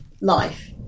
life